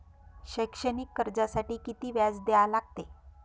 शैक्षणिक कर्जासाठी किती व्याज द्या लागते?